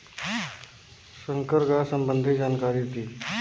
संकर गाय सबंधी जानकारी दी?